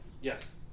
yes